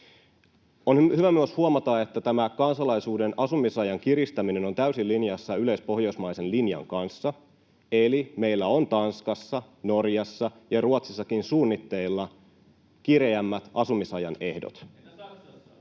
On hyvä myös huomata, että tämä kansalaisuuden asumisajan kiristäminen on täysin linjassa yleispohjoismaisen linjan kanssa, eli meillä on Tanskassa, Norjassa ja Ruotsissakin suunnitteilla kireämmät asumisajan ehdot.